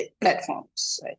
platforms